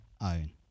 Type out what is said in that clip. own